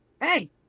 hey